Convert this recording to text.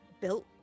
built